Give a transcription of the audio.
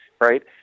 right